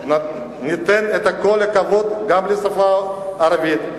נאמר שניתן את כל הכבוד גם לשפה הערבית,